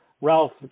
Ralph